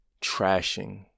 trashing